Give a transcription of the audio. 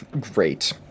Great